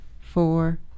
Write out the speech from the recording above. four